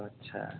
आदसा